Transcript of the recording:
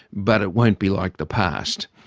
but it won't be like the past,